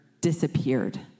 disappeared